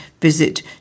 visit